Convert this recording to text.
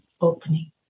opening